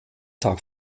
tag